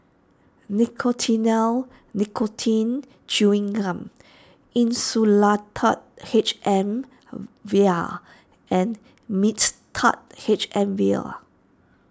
Nicotinell Nicotine Chewing Gum Insulatard H M Vial and Mixtard H M Vial